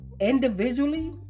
individually